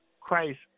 Christ